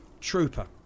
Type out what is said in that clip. Trooper